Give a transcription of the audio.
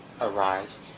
arise